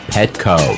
Petco